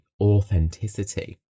authenticity